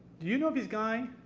do you know this guy